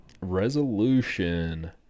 Resolution